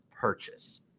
purchase